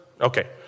Okay